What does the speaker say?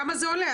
כמה זה עולה?